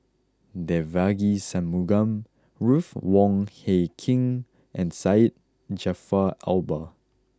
Devagi Sanmugam Ruth Wong Hie King and Syed Jaafar Albar